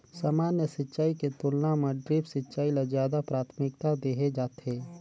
सामान्य सिंचाई के तुलना म ड्रिप सिंचाई ल ज्यादा प्राथमिकता देहे जाथे